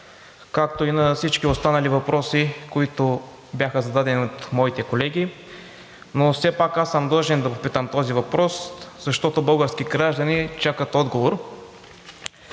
както и на всички останали въпроси, които бяха зададени от моите колеги, но все пак аз съм длъжен да задам този въпрос, защото български граждани чакат отговор.